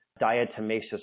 diatomaceous